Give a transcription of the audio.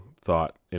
thought